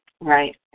Right